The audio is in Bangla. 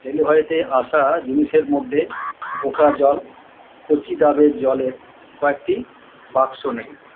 ডেলিভারিতে আসা জিনিসের মদ্যে কোকাজল কচি ডাবের জলের কয়েকটি বাক্স নেই